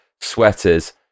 sweaters